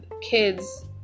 kids